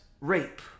rape